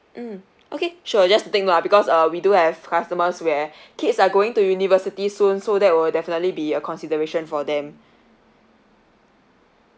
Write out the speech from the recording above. mm okay sure just to take note ah because uh we do have customers where kids are going to university soon so that will definitely be a consideration for them